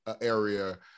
area